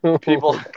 people